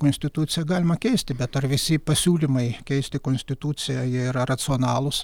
konstituciją galima keisti be ar visi pasiūlymai keisti konstituciją jie yra racionalūs